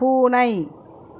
பூனை